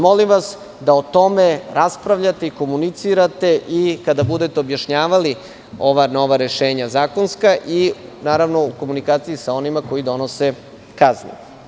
Molim vas da o tome raspravljate i komunicirate i kada budete objašnjavali ova nova rešenja zakonska i, naravno, u komunikaciji sa onima koji donose kazne.